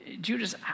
Judas